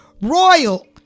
royal